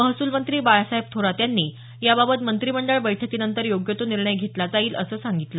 महसूल मंत्री बाळासाहेब थोरात यांनी याबाबत मंत्रिमंडळ बैठकीनंतर योग्य तो निर्णय घेतला जाईल असं सांगितलं